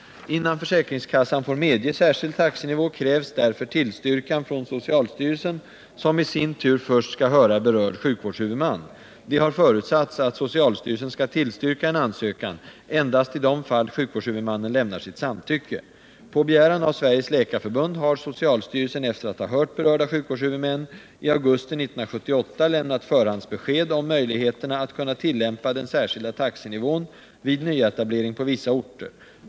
Innan försäkringskassan får medge särskild taxenivå krävs därför tillstyrkan från socialstyrelsen, som i sin tur först skall höra berörd sjukvårdshuvudman. Det har förutsatts att socialstyrelsen skall tillstyrka en ansökan endast i de fall sjukvårdshuvudmannen lämnar sitt samtycke. På begäran av Sveriges läkarförbund har socialstyrelsen efter att ha hört berörda sjukvårdshuvudmän i augusti 1978 lämnat förhandsbesked om möjligheterna att tillämpa den särskilda taxenivån vid nyetablering på vissa orter.